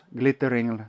glittering